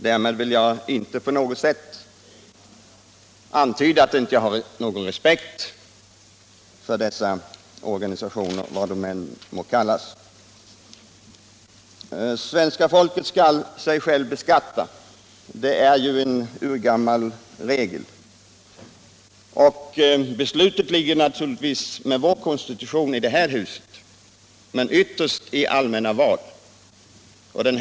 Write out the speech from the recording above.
Därmed vill jag inte på något sätt antyda att jag inte har respekt för dessa organisationer, vad de än må kallas. Det är en urgammal regel att svenska folket skall sig självt beskatta. Beslutsrätten ligger naturligtvis enligt vår konstitution hos riksdagen, men ytterst är den grundad på allmänna val.